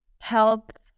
help